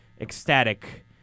ecstatic